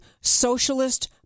socialist